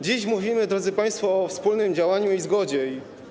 Dziś mówimy, drodzy państwo, o wspólnym działaniu i zgodzie.